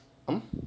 um